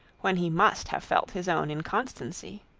when he must have felt his own inconstancy.